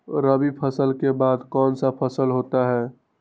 रवि फसल के बाद कौन सा फसल होता है?